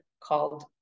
called